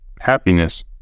Happiness